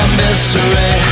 mystery